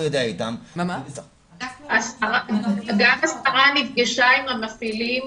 גם השרה נפגשה עם המפעילים.